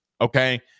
okay